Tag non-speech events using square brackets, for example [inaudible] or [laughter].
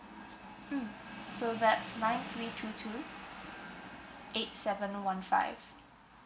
mm [noise] so that's nine three three two eight seven one five